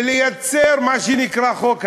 ולייצר מה שנקרא חוק הלאום,